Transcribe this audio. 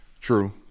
true